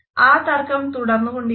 ആ തർക്കം തുടർന്നുകൊണ്ടിരിക്കുന്നു